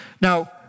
Now